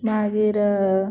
मागीर